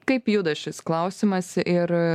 kaip juda šis klausimas ir